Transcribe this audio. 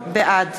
בעד